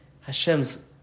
Hashem's